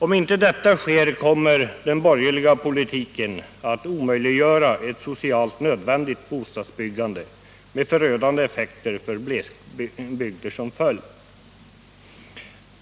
"Om detta inte sker kommer den borgerliga politiken att omöjliggöra ett socialt nödvändigt bostadsbyggande med förödande effekter för glesbygder som följd.